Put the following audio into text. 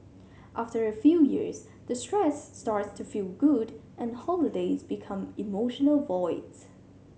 after a few years the stress starts to feel good and holidays become emotional voids